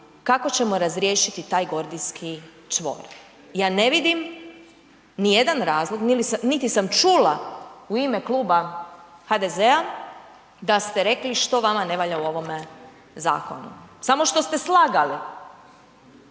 kako ćemo razriješiti taj gordijski čvor? Ja ne vidim nijedan razlog niti sam čula u ime kluba HDZ-a da ste rekli što vama ne valja u ovome zakonu. Samo što ste slagali